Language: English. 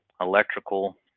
electrical